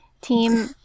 team